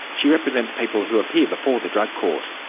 she represents people who appear before the drug court.